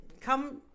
come